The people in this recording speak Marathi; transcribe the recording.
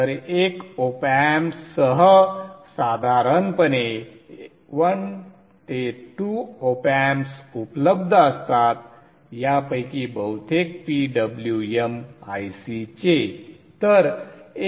तर एका OpAmp सह साधारणपणे 1 ते 2 OpAmps उपलब्ध असतात यापैकी बहुतेक PWM IC चे